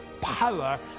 power